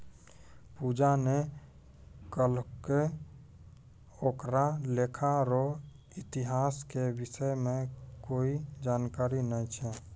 पूजा ने कहलकै ओकरा लेखा रो इतिहास के विषय म कोई जानकारी नय छै